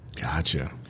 Gotcha